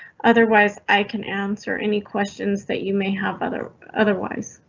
otherwise, i can answer any questions that you may have other otherwise.